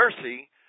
mercy